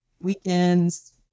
weekends